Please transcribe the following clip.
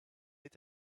est